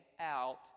out